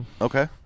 Okay